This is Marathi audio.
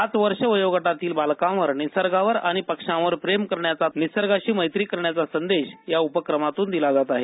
पाच वर्ष वयोगटातील बालकांवर निसर्गावर आणि पक्षांवर प्रेम करण्याचा निसर्गाशी मैत्री करण्याचा संदेश या उपक्रमातून दिला जात आहे